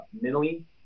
mentally